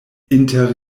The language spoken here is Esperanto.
inter